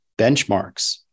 benchmarks